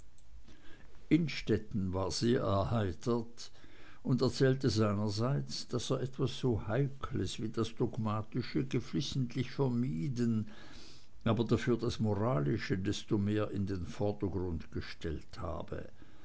innstetten war sehr erheitert und erzählte seinerseits daß er etwas so heikles wie das dogmatische geflissentlich vermieden aber dafür das moralische desto mehr in den vordergrund gestellt habe